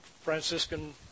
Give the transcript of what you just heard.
Franciscan